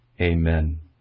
Amen